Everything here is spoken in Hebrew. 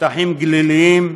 שטחים גליליים,